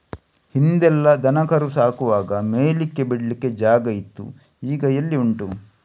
ಹಿಂದೆಲ್ಲ ದನ ಕರು ಸಾಕುವಾಗ ಮೇಯ್ಲಿಕ್ಕೆ ಬಿಡ್ಲಿಕ್ಕೆ ಜಾಗ ಇತ್ತು ಈಗ ಎಲ್ಲಿ ಉಂಟು